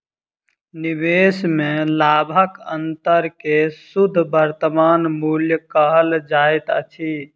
निवेश में लाभक अंतर के शुद्ध वर्तमान मूल्य कहल जाइत अछि